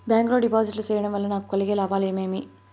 Bank లో డిపాజిట్లు సేయడం వల్ల నాకు కలిగే లాభాలు ఏమేమి?